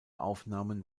aufnahmen